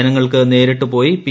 ജനങ്ങൾക്ക് നേരിട്ട് പോയി പി